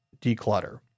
declutter